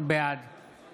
בעד